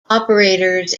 operators